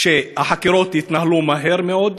שהחקירות יתנהלו מהר מאוד,